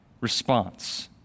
response